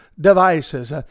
devices